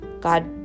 God